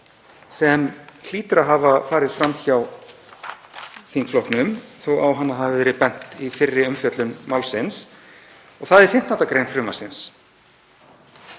sem hlýtur að hafa farið fram hjá þingflokknum þótt á hana hafi verið bent í fyrri umfjöllun málsins. Það er 15. gr. frumvarpsins